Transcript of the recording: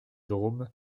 dôme